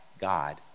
God